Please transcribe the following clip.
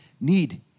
need